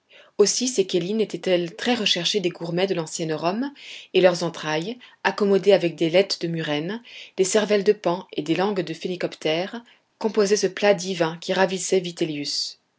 aussi ces cheilines étaient-elles très recherchées des gourmets de l'ancienne rome et leurs entrailles accommodées avec des laites de murènes des cervelles de paons et des langues de phénicoptères composaient ce plat divin qui ravissait vitellius